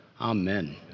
Amen